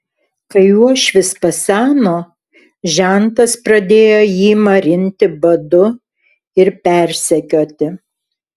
kai uošvis paseno žentas pradėjo jį marinti badu ir persekioti